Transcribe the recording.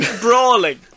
brawling